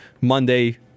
Monday